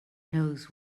knows